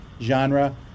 genre